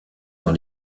dans